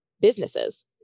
businesses